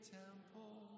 temple